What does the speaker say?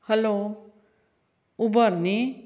hello Uber न्ही